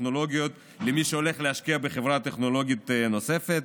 טכנולוגיות למי שהולך להשקיע בחברה טכנולוגית נוספת,